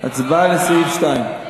2. הצבעה על סעיף 2,